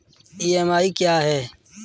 EMI क्या है?